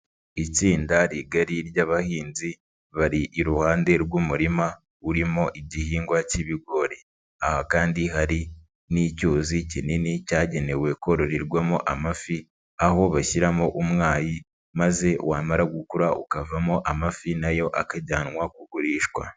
Itsinda rigari ry'abahinzi bari iruhande rw'umurima urimo igihingwa cy'ibigori, aha kandi hari n'icyuzi kinini cyagenewe kororerwamo amafi aho bashyiramo umwayi maze wamara gukura ukavamo amafi na yo akajyanwa kugurishwa.